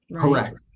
Correct